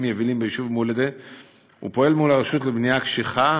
יבילים ביישוב מולדה ופועל מול הרשות לבנייה קשיחה,